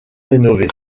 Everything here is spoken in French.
rénovée